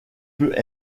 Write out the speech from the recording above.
peut